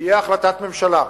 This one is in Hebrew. תהיה החלטת ממשלה,